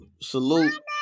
salute